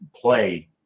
play